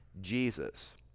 Jesus